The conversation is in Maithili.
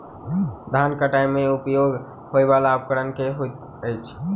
धान कटाई मे उपयोग होयवला उपकरण केँ होइत अछि?